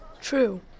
True